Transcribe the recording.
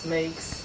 makes